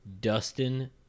Dustin